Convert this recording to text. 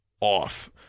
off